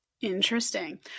Interesting